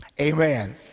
amen